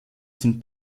sind